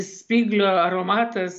spyglio aromatas ar